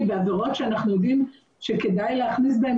בעבירות שאנחנו יודעים שכדאי להכניס בהן